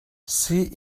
see